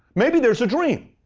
maybe there's a dream.